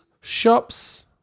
shops